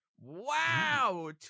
Wow